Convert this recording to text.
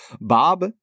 Bob